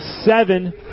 seven